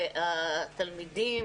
והתלמידים,